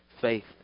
faith